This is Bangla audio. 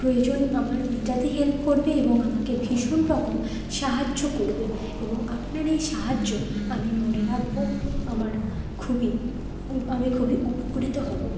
প্রয়োজন আমার মেটাতে হেল্প করবে এবং আমাকে ভীষণ রকম সাহায্য করবে এবং আপনার এই সাহায্য আমি মনে রাখবো আমার খুবই আমি খুবই উপকৃত হবো